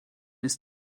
ist